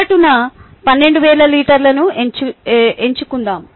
సగటున 12000 లీటర్లను ఎంచుకుందాం